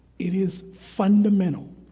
it is fundamental.